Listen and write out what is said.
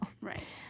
Right